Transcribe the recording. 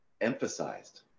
emphasized